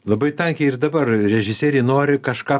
labai tankiai ir dabar režisieriai nori kažką